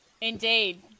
Indeed